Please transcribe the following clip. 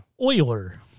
Euler